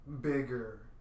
bigger